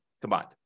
combined